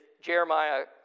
Jeremiah